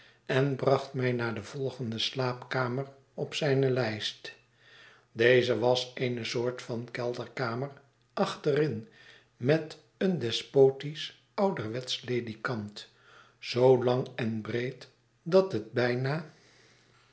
en bracht mij naar de vblende slaapkamer op zijne lijst deze was eene jsoort van kelderkamer achterin met een despotisch ouderwetsch ledikant zoo lang en breed dat het bijna